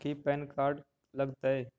की PAN card लग तै?